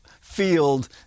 field